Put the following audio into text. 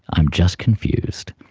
i'm just confused.